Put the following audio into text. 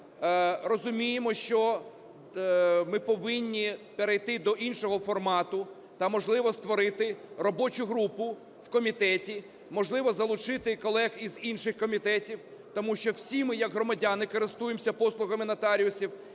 розуміємо, що ми повинні перейти до іншого формату та, можливо, створити робочу групу в комітеті, можливо залучити колег із інших комітетів, тому що всі ми як громадяни користуємося послугами нотаріусів,